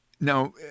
Now